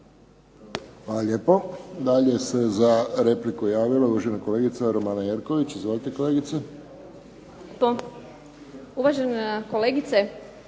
Hvala lijepo. Dalje se za repliku javila uvažena kolegica Romana Jerković. Izvolite kolegice. **Jerković,